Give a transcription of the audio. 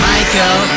Michael